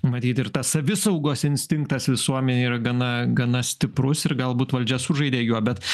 matyt ir tas savisaugos instinktas visuomenėj yra gana gana stiprus ir galbūt valdžia sužaidė juo bet